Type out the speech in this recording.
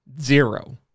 zero